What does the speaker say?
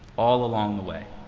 all along the way.